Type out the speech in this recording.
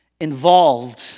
involved